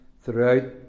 throughout